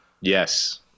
Yes